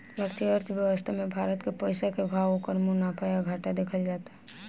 भारतीय अर्थव्यवस्था मे भारत के पइसा के भाव, ओकर मुनाफा या घाटा देखल जाता